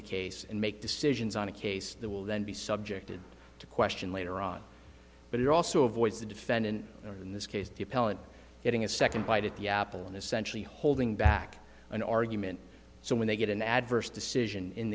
the case and make decisions on a case that will then be subjected to question later on but it also avoids the defendant in this case the appellate getting a second bite at the apple and essentially holding back an argument so when they get an adverse decision in